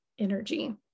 energy